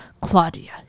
Claudia